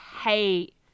hate